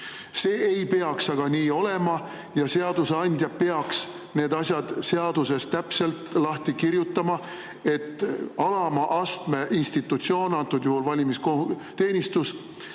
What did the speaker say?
See ei peaks aga nii olema. Seadusandja peaks need asjad seaduses täpselt lahti kirjutama, et alama astme institutsioon, antud juhul valimisteenistus,